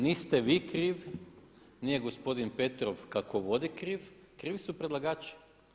Niste vi kriv, nije gospodin Petrov kako vodi kriv, krivi su predlagači.